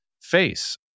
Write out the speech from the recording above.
face